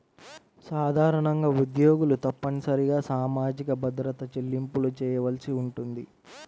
సాధారణంగా ఉద్యోగులు తప్పనిసరిగా సామాజిక భద్రత చెల్లింపులు చేయవలసి ఉంటుంది